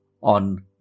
on